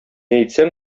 әйтсәң